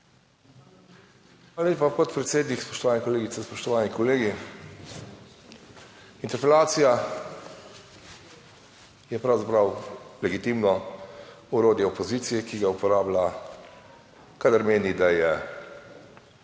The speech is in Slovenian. Spoštovane kolegice, spoštovani kolegi. Interpelacija je pravzaprav legitimno orodje opozicije, ki ga uporablja, kadar meni, da je